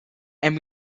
and